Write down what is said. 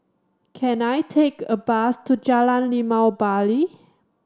can I take a bus to Jalan Limau Bali